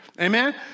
Amen